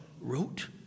wrote